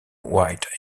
white